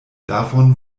davon